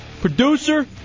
producer